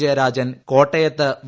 ജയരാജൻ കോട്ടയത്ത് വി